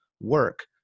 Work